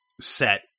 set